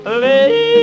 lady